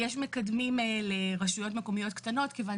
יש מקדמים לרשויות מקומיות קטנות כיוון